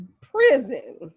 prison